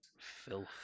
Filth